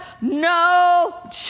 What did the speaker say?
no